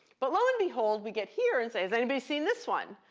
but lo and behold, we get here and say, has anybody seen this one?